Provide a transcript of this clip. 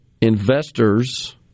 investors